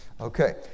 Okay